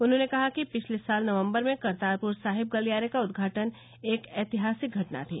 उन्होंने कहा कि पिछले साल नवम्बर में करतारपुर साहिब गलियारे का उद्घाटन एक ऐतिहासिक घटना थी